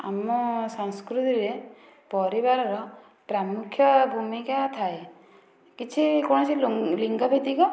ଆମ ସଂସ୍କୃତିରେ ପରିବାରର ପ୍ରାମୁଖ୍ୟ ଭୂମିକା ଥାଏ କିଛି କୌଣସି ଲିଙ୍ଗ ଭିତ୍ତିକ